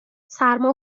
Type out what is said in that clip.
سرما